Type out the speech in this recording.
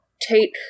take